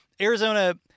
Arizona